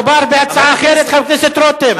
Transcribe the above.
מדובר בהצעה אחרת, חבר הכנסת רותם.